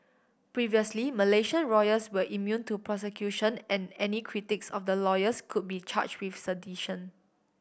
previously Malaysian royals were immune to prosecution and any critics of the loyals could be charge with sedition